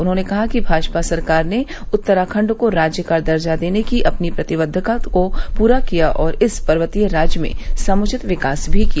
उन्होंने कहा कि भाजपा सरकार ने उत्तराखंड को राज्य का दर्जा देने की अपनी प्रतिबद्वता को पूरा किया और इस पर्वतीय राज्य में समुचित विकास भी किया